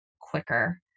quicker